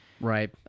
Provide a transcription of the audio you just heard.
right